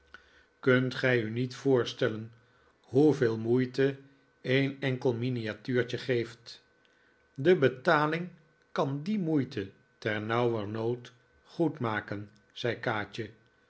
kunt gij u niet voorstellen hoeveel moeite een enkel miniatuurtje geeft de beialing kan die moeite tef nauwernood goedmaken zei kaatje